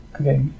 Okay